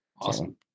awesome